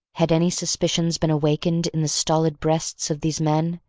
had any suspicions been awakened in the stolid breasts of these men,